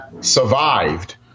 survived